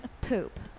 poop